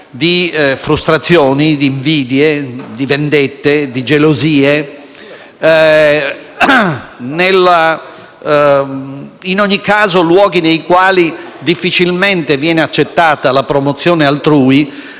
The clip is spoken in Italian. di frustrazioni, di invidie, di vendette e di gelosie. In ogni caso, sono luoghi nei quali difficilmente viene accettata la promozione altrui,